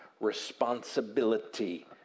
responsibility